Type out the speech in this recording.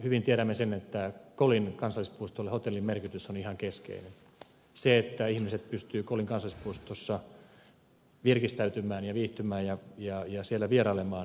hyvin tiedämme sen että kolin kansallispuistolle hotellin merkitys on ihan keskeinen se että ihmiset pystyvät kolin kansallispuistossa virkistäytymään ja viihtymään ja siellä vierailemaan